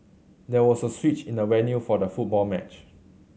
there was a switch in the venue for the football match